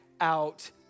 out